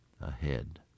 ahead